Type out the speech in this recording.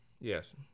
Yes